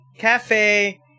cafe